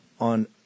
on